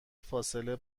فاصله